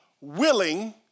willing